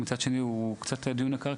מצד שני הוא קצת דיון עקר,